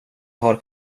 har